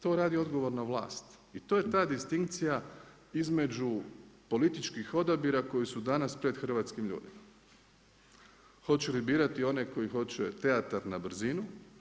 To radi odgovorna vlast i to je ta distinkcija između političkih odabira koji su danas pred hrvatskim ljudima hoće li birati one koji hoće teatar na brzinu.